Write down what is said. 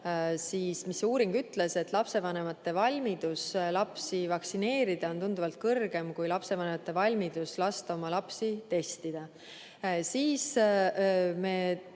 mille tulemus ütles, et lapsevanemate valmidus lasta oma lapsi vaktsineerida on tunduvalt kõrgem kui lapsevanemate valmidus lasta oma lapsi testida. Siis me